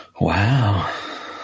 Wow